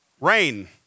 Rain